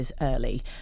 early